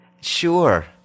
Sure